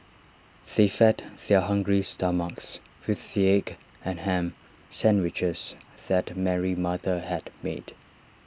they fed their hungry stomachs with the egg and Ham Sandwiches that Mary's mother had made